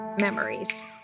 memories